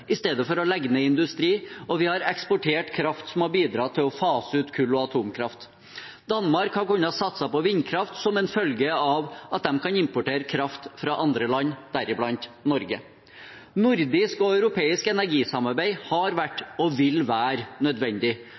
i stedet for å legge ned industri, og vi har eksportert kraft som har bidratt til å fase ut kull- og atomkraft. Danmark har kunnet satse på vindkraft som følge av at de kan importere kraft fra andre land, deriblant Norge. Et nordisk og europeisk energisamarbeid har vært og vil være nødvendig,